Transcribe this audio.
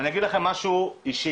ואני אגיד לכם משהו אישי.